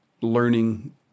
learning